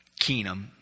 Keenum